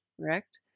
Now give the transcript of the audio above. correct